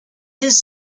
his